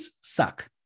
suck